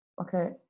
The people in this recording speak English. Okay